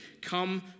Come